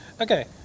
Okay